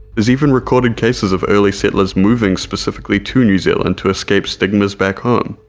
there's even recorded cases of early settlers moving specifically to new zealand to escape stigmas back home.